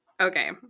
Okay